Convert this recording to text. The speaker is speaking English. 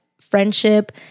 friendship